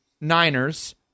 Niners